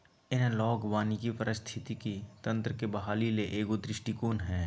analogue वानिकी पारिस्थितिकी तंत्र के बहाली ले एगो दृष्टिकोण हइ